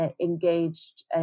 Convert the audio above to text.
engaged